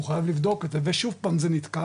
הוא חייב לבדוק את זה ושוב פעם זה נתקע